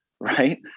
right